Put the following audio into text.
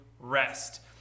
rest